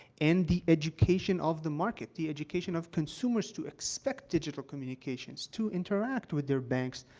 and the education of the market, the education of consumers to expect digital communications, to interact with their banks,